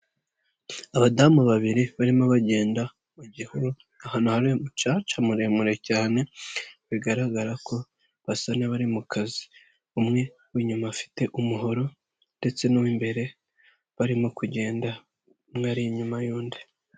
Abadamu babiri barimo bagenda mu gihuru ahantu hari umucaca muremure cyane, bigaragara ko basa n'abari mu kazi. Umwe w'inyuma afite umuhoro ndetse n'uw'imbere barimo kugenda umwe ari inyuma y'undi.